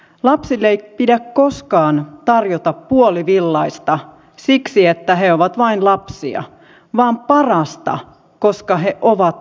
lapsille ei pidä koskaan tarjota puolivillaista siksi että he ovat vain lapsia vaan parasta koska he ovat lapsia